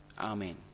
Amen